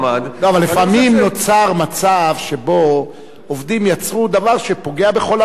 אבל לפעמים נוצר מצב שבו עובדים יצרו דבר שפוגע בכל המערכת,